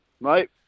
mate